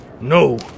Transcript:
No